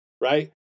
right